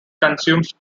consumes